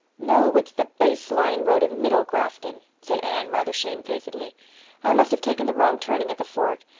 no, it's the base line road in middle grafton, said anne, rather shamefacedly i must have taken the wrong turning at the fork.